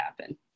happen